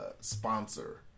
sponsor